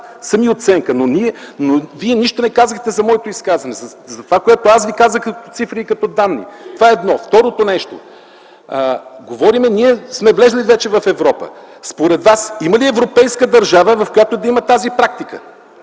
сами оценка. Но Вие нищо не казахте за моето изказване, за това, което аз Ви казах като цифри и като данни. Това – едно. Второто нещо. Ние сме влезли вече в Европа. Според Вас има ли европейска държава, в която да има такава